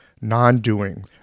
non-doing